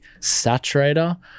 Saturator